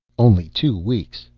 only two weeks.